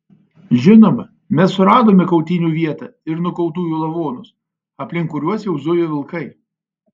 žinoma mes suradome kautynių vietą ir nukautųjų lavonus aplink kuriuos jau zujo vilkai